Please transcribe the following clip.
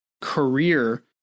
career